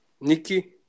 Nikki